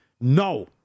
No